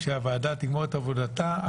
כשהוועדה תגמור את עבודתה,